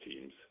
teams